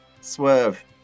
Swerve